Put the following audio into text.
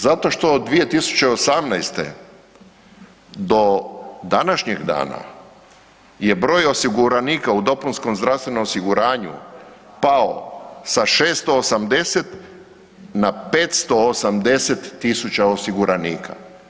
Zato što od 2018. do današnjeg dana je broj osiguranika u dopunskom zdravstvenom osiguranju pao sa 680 na 580 tisuća osiguranika.